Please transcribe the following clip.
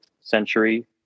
century